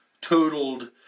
totaled